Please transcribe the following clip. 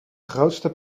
grootste